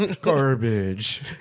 garbage